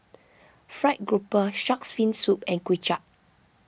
Fried Grouper Shark's Fin Soup and Kuay Chap